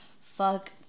fuck